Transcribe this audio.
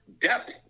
depth